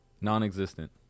Non-existent